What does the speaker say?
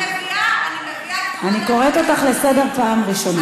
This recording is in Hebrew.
אני מביאה את חוות דעת היועץ המשפטי,